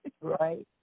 Right